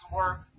work